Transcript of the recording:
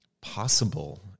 possible